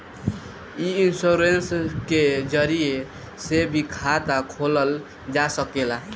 इ इन्शोरेंश के जरिया से भी खाता खोलल जा सकेला